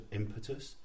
impetus